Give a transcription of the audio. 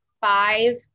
five